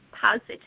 positive